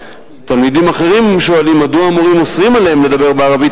"תלמידים אחרים שואלים מדוע המורים אוסרים עליהם לדבר בערבית,